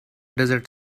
desert